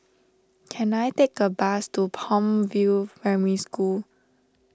can I take a bus to Palm View Primary School